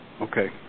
Okay